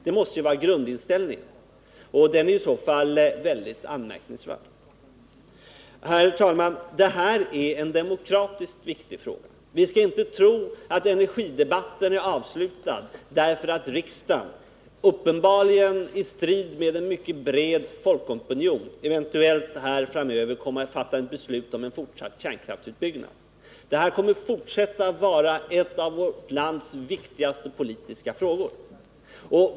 Det är i så fall en mycket anmärkningsvärd inställning. Herr talman! Detta är en demokratiskt viktig fråga. Vi skall inte tro att energidebatten är avslutad därför att riksdagen, uppenbarligen i strid med en mycket bred folkopinion, eventuellt framöver kommer att fatta ett beslut om en fortsatt kärnkraftsutbyggnad. Detta kommer att fortfara att vara ett av vårt lands viktigaste politiska spörsmål.